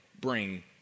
bring